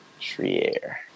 Trier